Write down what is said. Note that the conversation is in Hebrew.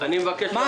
אני לא